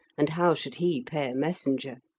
and how should he pay a messenger?